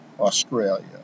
Australia